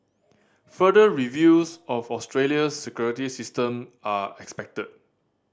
further reviews of Australia's security system are expected